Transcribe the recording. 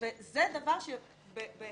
זה דבר שבהינף